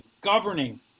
governing